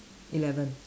eleven